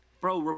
Bro